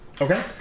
Okay